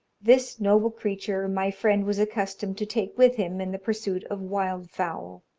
this noble creature my friend was accustomed to take with him in the pursuit of wild fowl.